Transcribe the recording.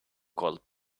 called